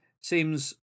Seems